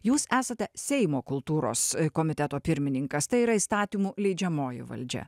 jūs esate seimo kultūros komiteto pirmininkas tai yra įstatymų leidžiamoji valdžia